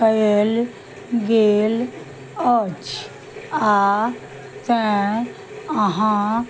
कयल गेल अछि आओर तैं अहाँ